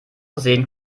versehen